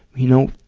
you know,